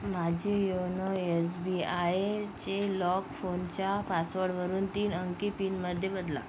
माझी YONO S B आयचे lock फोनच्या पासवर्डवरून तीन अंकी पिनमध्ये बदला